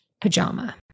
pajama